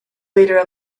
leader